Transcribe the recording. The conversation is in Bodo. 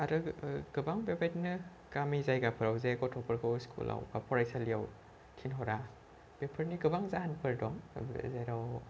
आरो गोबां बेबायदिनो गामि जायगाफोराव जे गथ'फोरखौ स्कुलाव बा फरायसालियाव थिनहरा बेफोरनि गोबां जाहोनफोर दं जेराव